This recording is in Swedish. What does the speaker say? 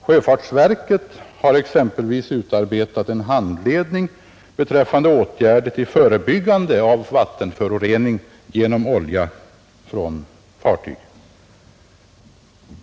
Sjöfartsverket har exempelvis utarbetat en handledning beträffande åtgärder till förebyggande av vattenförorening genom olja från fartyg.